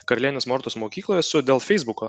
karlienės mortos mokykloj esu dėl feisbuko